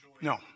No